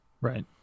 right